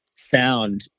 sound